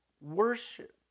worship